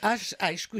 aš aišku